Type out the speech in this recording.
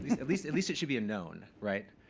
at least at least it should be a known. right?